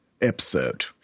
episode